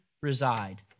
reside